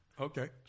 Okay